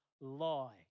lie